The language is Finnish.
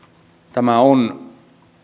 tämä on